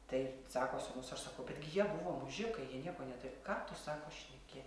tai sako sūnus aš sakau betgi jie buvo mužikai jie nieko neturi ką tu sako šneki